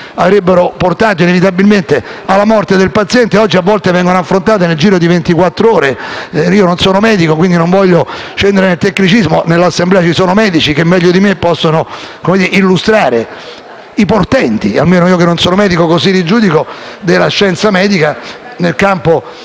avrebbero portato inevitabilmente alla morte del paziente, oggi vengono affrontate e risolte nel giro di ventiquattro ore. Non sono medico e quindi non voglio scendere nel tecnicismo; nell'Assemblea ci sono medici che meglio di me possono illustrare i portenti - almeno, io che non sono medico così li giudico - della scienza medica nel campo